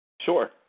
sure